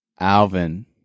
Alvin